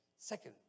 Second